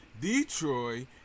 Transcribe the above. Detroit